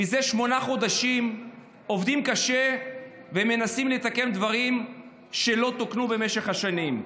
מזה שמונה חודשים עובדים קשה ומנסים לתקן דברים שלא תוקנו במשך השנים.